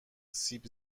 سیب